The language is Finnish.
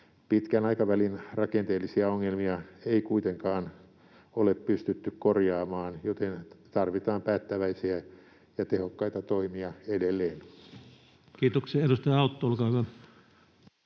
Pitkän aikavälin rakenteellisia ongelmia ei kuitenkaan ole pystytty korjaamaan, joten tarvitaan päättäväisiä ja tehokkaita toimia edelleen. [Speech 181] Speaker: